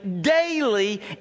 daily